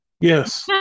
Yes